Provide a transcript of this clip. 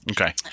Okay